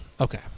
Okay